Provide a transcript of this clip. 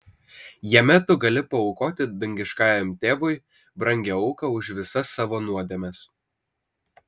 jame tu gali paaukoti dangiškajam tėvui brangią auką už visas savo nuodėmes